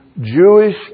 Jewish